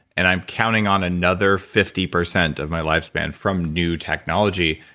and i'm counting on another fifty percent of my lifespan from new technology.